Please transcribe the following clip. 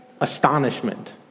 astonishment